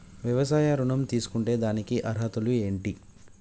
వ్యవసాయ ఋణం తీసుకుంటే దానికి అర్హతలు ఏంటి?